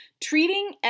Treating